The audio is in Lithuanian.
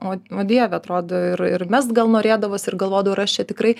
o o dieve atrodo ir ir mest gal norėdavosi ir galvodavau ar aš čia tikrai